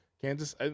Kansas